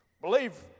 Believe